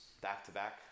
back-to-back